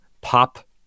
pop